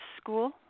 school